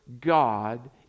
God